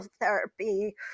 therapy